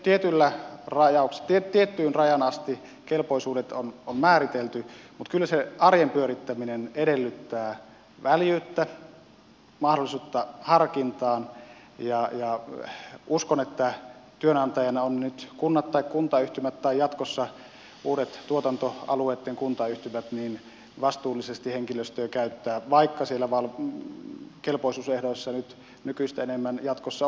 on hyvä että tiettyyn rajaan asti kelpoisuudet on määritelty mutta kyllä se arjen pyörittäminen edellyttää väljyyttä mahdollisuutta harkintaan ja uskon että olivat työnantajina nyt kunnat tai kuntayhtymät tai jatkossa uudet tuotantoalueiden kuntayhtymät niin ne käyttävät vastuullisesti henkilöstöä vaikka siellä kelpoisuusehdoissa nyt nykyistä enemmän jatkossa olisikin väljyyttä